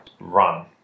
run